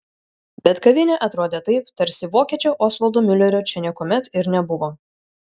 bet kavinė atrodė taip tarsi vokiečio osvaldo miulerio čia niekuomet ir nebuvo